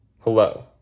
Hello